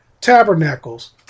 Tabernacles